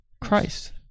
Christ